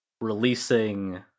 releasing